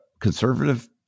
conservative